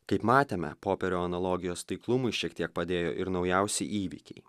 kaip matėme poperio analogijos taiklumui šiek tiek padėjo ir naujausi įvykiai